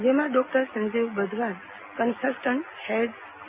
જેમાં doctor Sanjeev Badhwar consultant head ઈ